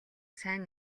сайн